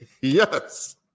Yes